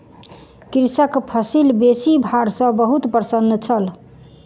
कृषक फसिल बेसी भार सॅ बहुत प्रसन्न छल